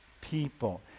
people